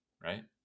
right